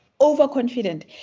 overconfident